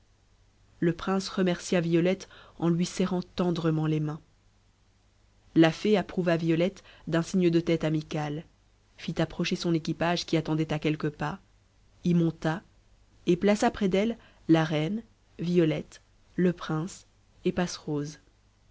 le prince remercia violette en lui serrant tendrement les mains la fée approuva violette d'un signe de tête amical fit approcher son équipage qui attendait à quelques pas y monta et plaça près d'elle la reine violette le prince et